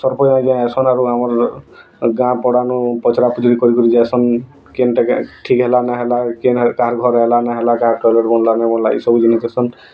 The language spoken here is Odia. ସରପଞ୍ଚ ଆଜ୍ଞା ଆସନ୍ ଆରୁ ଆମର୍ ଗାଁ ପଡ଼ାନୁ ପଚରା ପଚାରି କରି କରି ଯାଇଛନ୍ କେମ୍ତା ଠିକ୍ ହେଲା ନ ହେଲା କିନ୍ କାହାର୍ ଘର ହେଲା ନ ହେଲା କାହାର ବନିଲା ନ ବନିଲା ଏଇ ସବୁ ଜିନିଷନ୍